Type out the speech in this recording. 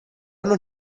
non